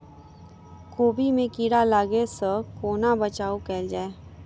कोबी मे कीड़ा लागै सअ कोना बचाऊ कैल जाएँ?